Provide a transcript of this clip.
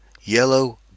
yellow